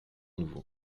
nouveau